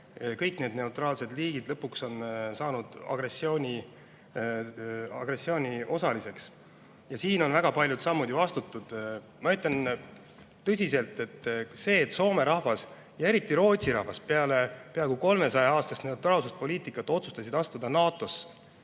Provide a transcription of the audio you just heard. Kõik need neutraalsed riigid lõpuks on saanud agressiooni osaliseks. Ja siin on väga palju samme ju astutud. Ma ütlen tõsiselt: see, et Soome rahvas ja eriti Rootsi rahvas peale oma peaaegu 300 aastat kestnud neutraalsuspoliitikat otsustasid astuda NATO-sse,